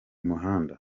umuhanda